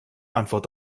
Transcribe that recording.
antwort